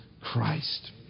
Christ